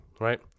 right